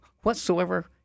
whatsoever